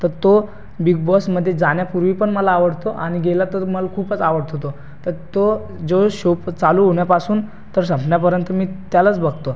तर तो बिग बॉसमध्ये जाण्यापूर्वी पण मला आवडतो आणि गेला तर मला खूपच आवडतो तो तर तो जो शो चालू होण्यापासून तर संपण्यापर्यंत मी त्यालाच बघतो